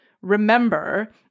remember